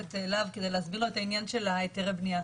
הכנסת להב כדי להסביר לו את העניין של היתרי הבנייה.